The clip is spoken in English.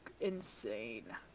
insane